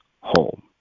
home